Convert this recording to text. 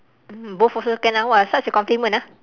mm both also can ah !wah! such a compliment ah